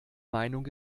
meinung